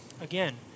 Again